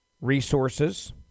Resources